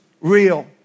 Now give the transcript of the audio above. real